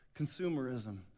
consumerism